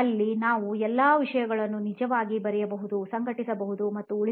ಅಲ್ಲಿ ನಾವು ಎಲ್ಲಾ ವಿಷಯವನ್ನು ನಿಜವಾಗಿ ಬರೆಯಬಹುದು ಸಂಘಟಿಸಬಹುದು ಮತ್ತು ಉಳಿಸಬಹುದು